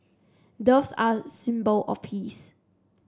doves are a symbol of peace